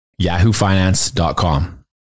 yahoofinance.com